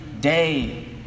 day